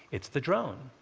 it's the drone.